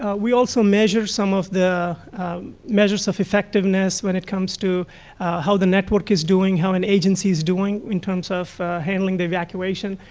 ah we also measure some of the self-effectiveness when it comes to how the network is doing, how an agency is doing in terms of handing the evacuation.